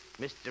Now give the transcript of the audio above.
Mr